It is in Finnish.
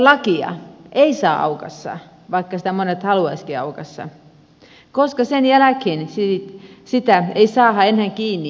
poronhoitolakia ei saa aukaista vaikka monet sen haluaisivatkin aukaista koska sen jälkeen sitä ei saada enää kiinni järkevällä tavalla